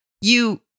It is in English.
you-